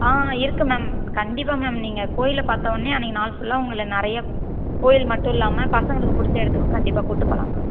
ஆ இருக்குது மேம் கண்டிப்பாக மேம் நீங்கள் கோயிலை பார்த்தவொன்னே அன்றைக்கி நாள் ஃபுல்லாக உங்களை நிறையா கோயில் மட்டுல்லாமல் பசங்களுக்கு பிடிச்ச இடத்துக்கும் கண்டிப்பாக கூட்டிப் போகலாம் மேம்